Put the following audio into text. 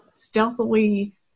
stealthily